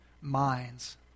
minds